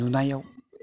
नुनायाव